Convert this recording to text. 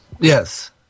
Yes